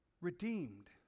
redeemed